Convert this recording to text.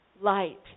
Light